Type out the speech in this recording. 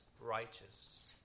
righteous